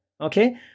okay